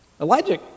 Elijah